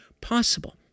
possible